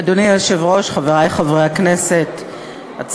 חברי חברי הכנסת,